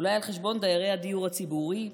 אולי על חשבון דיירי הדיור הציבורי?